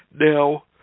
Now